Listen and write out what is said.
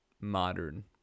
modern